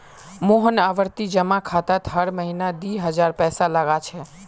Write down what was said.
मोहन आवर्ती जमा खातात हर महीना दी हजार पैसा लगा छे